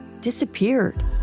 disappeared